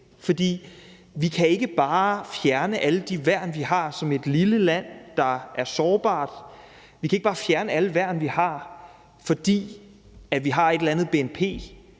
for vi kan ikke bare fjerne alle de værn, vi har som et lille land, der er sårbart. Vi kan ikke bare fjerne alle værn, vi har, fordi vi har et eller andet bnp,